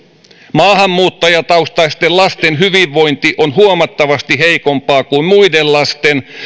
maahanmuuttajataustaisten lasten hyvinvointi on huomattavasti heikompaa kuin muiden lasten